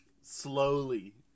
Slowly